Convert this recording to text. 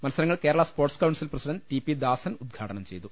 മത്സരങ്ങൾ Kerala sports council president T P Dasan ഉദ്ഘാടനം ചെയ്തു